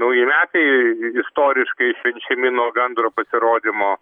nauji metai istoriškai švenčiami nuo gandro pasirodymo